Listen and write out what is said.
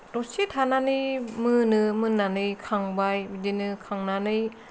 दसे थानानै मोनो मोननानै खांबाय बिदिनो खांनानै